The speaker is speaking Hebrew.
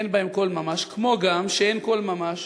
אין בהם כל ממש, כמו גם אין כל ממש